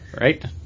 right